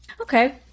Okay